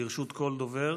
לרשות כל דובר